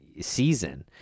season